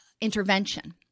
intervention